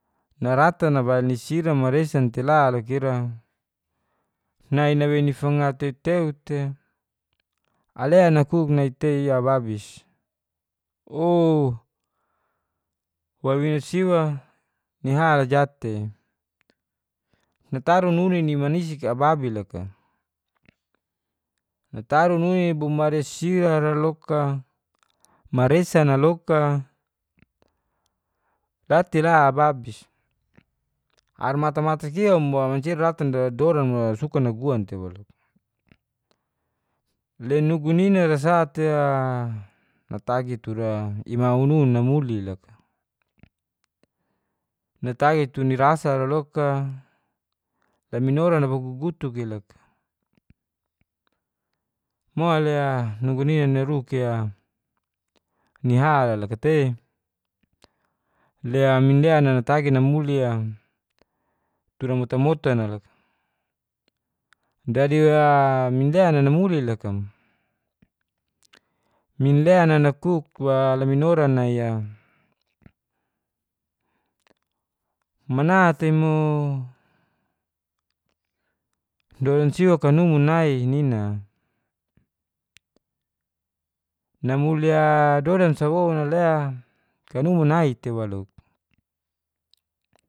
Naratan nabail ni sira maresan tela loka ira nai nawei ni fanga teu teu te ale nakuk nai tei ababis. ooo wawina siwa ni hal a ja tei nataru nuni ni manisik a babis loka. nataru nuni bo mari sira ra loka maresan a loka la te la ababis. ar matak matak ia mo mancia daratan da doran mo dasuka naguan te waluk. le nugu nina ra sa te a natagi tura ima un un na muli loka natagi tura nirasa ra loka laminora nabagugutuk i loka. mo lea nugu nina naruk ea ni hal a loka tei lea minlen natagi namuli ea tura motan motan a loka. dadi a minlean a namuli loka mu. minlean na kuk wa laminora nai a mana tei mu dodan siwa kaunumu nai nina namuli a dodan sa woun a lea kau numu nai te waluk